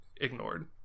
ignored